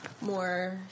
more